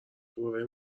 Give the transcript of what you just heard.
دوره